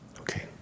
Okay